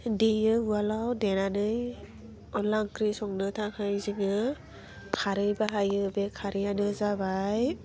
देयो उवालाव देनानै अनला ओंख्रि संनो थाखाय जोङो खारै बाहायो बे खारैयानो जाबाय